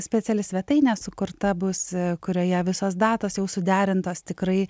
speciali svetainė sukurta bus kurioje visos datos jau suderintos tikrai